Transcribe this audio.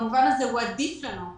במובן הזה הוא עדיף לנו,